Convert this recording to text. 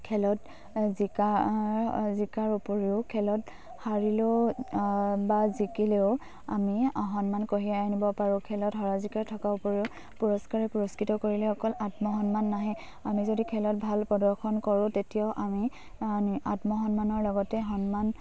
খেলত জিকা জিকাৰ উপৰিও খেলত হাৰিলেও বা জিকিলেও আমি সন্মান কঢ়িয়াই আনিব পাৰোঁ খেলত হৰা জিকাৰ থকাৰ উপৰিও পুৰস্কাৰে পুৰস্কৃত কৰিলে অকল আত্মসন্মান নাহে আমি যদি খেলত ভাল প্ৰদৰ্শন কৰোঁ তেতিয়াও আমি আত্মসন্মানৰ লগতে সন্মান